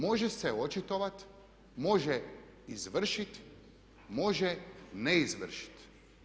Može se očitovati, može izvršiti, može ne izvršiti.